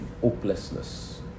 hopelessness